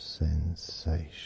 sensation